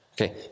Okay